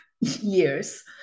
years